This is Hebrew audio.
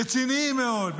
רציניים מאוד,